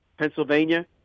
Pennsylvania